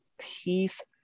Peace